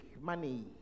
money